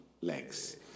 legs